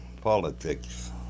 politics